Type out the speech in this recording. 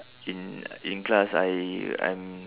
in in class I I'm